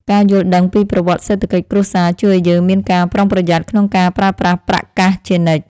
ការយល់ដឹងពីប្រវត្តិសេដ្ឋកិច្ចគ្រួសារជួយឱ្យយើងមានការប្រុងប្រយ័ត្នក្នុងការប្រើប្រាស់ប្រាក់កាសជានិច្ច។